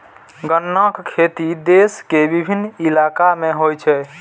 गन्नाक खेती देश के विभिन्न इलाका मे होइ छै